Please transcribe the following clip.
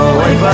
Away